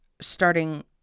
starting